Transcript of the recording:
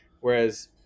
Whereas